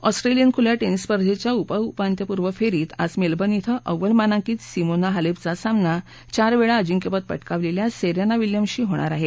Australian खुल्या tennis स्पर्धेच्या उप उपांत्यपूर्व फेरीत आज मेलबर्न क्वे अव्वल मानांकित सिमोना हालेपचा सामना चार वेळा अजिंक्यपद पटकावलेल्या सेरेना विलियम्सशी होणार आहे